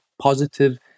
positive